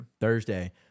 Thursday